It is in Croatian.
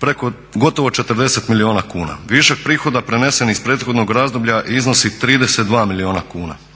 preko gotovo 40 milijuna kuna. Višak prihoda prenesen iz prethodnog razdoblja iznosi 32 milijuna kuna,